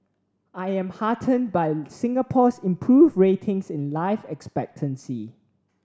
I'm heartened by Singapore's improved ratings in life expectancy